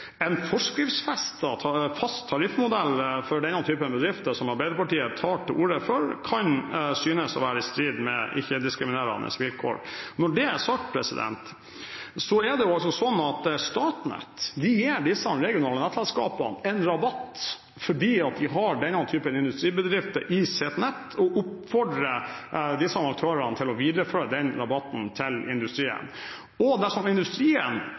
En forskriftsfestet fast tariffmodell for denne typen bedrifter, som Arbeiderpartiet tar til orde for, kan synes å være i strid med ikke-diskriminerende vilkår. Når det er sagt, er det også sånn at Statnett gir disse regionale nettselskapene en rabatt fordi de har denne typen industribedrifter i sitt nett, og oppfordrer disse aktørene til å videreføre denne rabatten til industrien. Dersom industrien